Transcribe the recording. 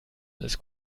alles